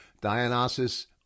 Dionysus